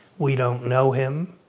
we don't know him.